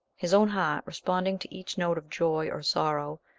his own heart responding to each note of joy or sorrow,